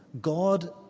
God